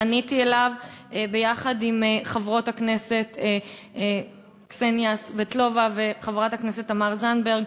פניתי אליו ביחד עם חברת הכנסת קסניה סבטלובה וחברת הכנסת תמר זנדברג